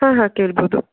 ಹಾಂ ಹಾಂ ಕೇಳ್ಬೋದು